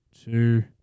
two